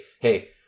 hey